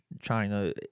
china